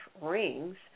rings